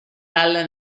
alla